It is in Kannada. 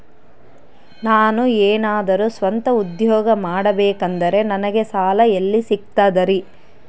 ನಾನು ಏನಾದರೂ ಸ್ವಂತ ಉದ್ಯೋಗ ಮಾಡಬೇಕಂದರೆ ನನಗ ಸಾಲ ಎಲ್ಲಿ ಸಿಗ್ತದರಿ?